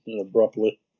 abruptly